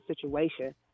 situation